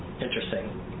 interesting